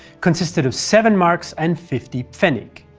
consisted of seven marks and fifty pfennig.